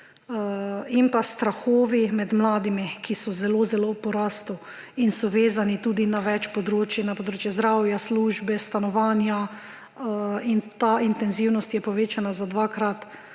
in pa strahovi med mladimi, ki so zelo zelo v porastu in so vezani tudi na več področij: na področje zdravja, službe, stanovanja. Ta intenzivnost je povečana za dvakrat